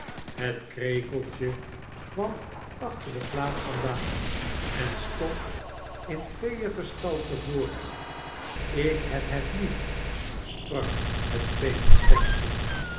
het krekeltje kwam achter de plaat vandaan en stond in feeengestalte voor hem ik heb het lief sprak het